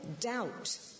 doubt